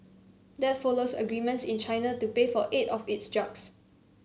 that follows agreements in China to pay for eight of its drugs